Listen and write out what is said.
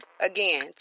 again